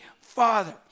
father